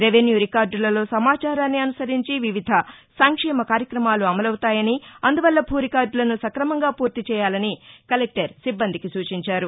revenue రికార్డులలో సమాచారాన్ని అనుసరించి వివిధ సంక్షేమ కార్యక్రమాలు అమలవుతాయని అందువల్ల భూ రికార్డులను సక్రమంగా పూర్తి చేయాలని కలెక్టర్ సిబ్బందికి సూచించారు